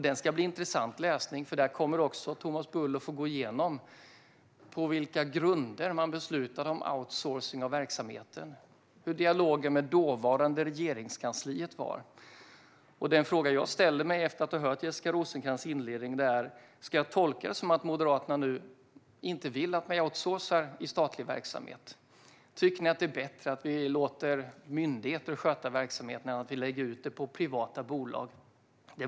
Det ska bli intressant läsning, för där kommer Thomas Bull även att få gå igenom på vilka grunder man beslutade om outsourcing av verksamheten och hur dialogen med dåvarande Regeringskansliet såg ut. Den fråga jag ställer mig efter att ha hört Jessica Rosencrantz inledning är: Ska jag tolka det som att Moderaterna nu inte vill att man outsourcar i statlig verksamhet? Tycker Moderaterna att det är bättre att vi låter myndigheterna sköta verksamheten än att vi lägger ut det på privata bolag?